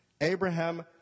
Abraham